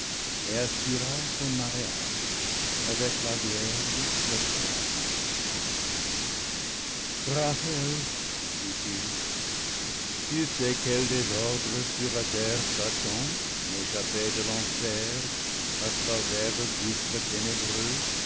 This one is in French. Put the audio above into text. et assura son mariage avec la vierge sept fois mariée raphaël dit-il tu sais quel désordre sur la terre satan échappé de l'enfer à travers le gouffre ténébreux